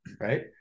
Right